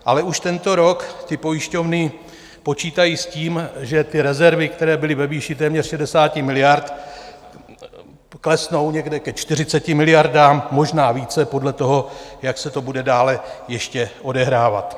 Ale už tento rok pojišťovny počítají s tím, že rezervy, které byly ve výši téměř 60 miliard, klesnou někde ke 40 miliardám, možná více, podle toho, jak se to bude dále ještě odehrávat.